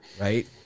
right